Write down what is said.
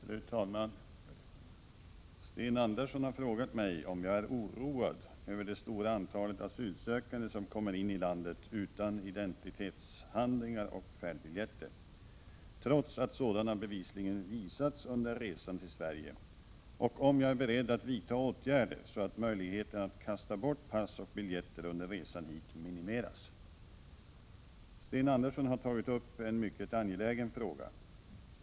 Fru talman! Sten Andersson i Malmö har frågat mig om jag är oroad över det stora antalet asylsökande som kommer in i landet utan identitetshandlingar och färdbiljetter, trots att sådana bevisligen visats under resan till Sverige, och om jag är beredd att vidta åtgärder så att möjligheten att kasta bort pass och biljetter under resan hit minimeras. Sten Andersson har tagit upp en mycket angelägen fråga.